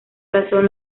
razón